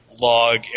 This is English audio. log